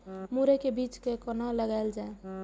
मुरे के बीज कै कोना लगायल जाय?